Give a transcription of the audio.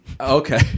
Okay